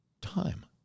time